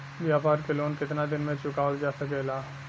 व्यापार के लोन कितना दिन मे चुकावल जा सकेला?